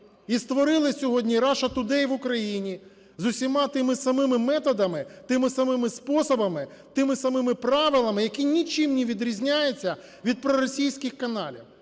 І створили сьогодні Russia Today в Україні з усіма тими самими методами, тими самими способами, тими самими правилами, які нічим не відрізняються від проросійських каналів,